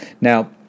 Now